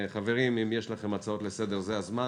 חברים, אם יש לכם הצעות לסדר, זה הזמן.